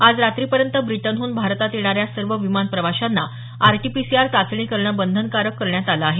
आज रात्रीपर्यंत ब्रिटनहून भारतात येणाऱ्या सर्व विमानप्रवाशांना आरटीपीसीआर चाचणी करणं बंधनकारक करण्यात आलं आहे